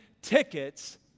tickets